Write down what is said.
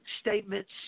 Statements